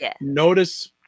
notice